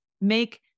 make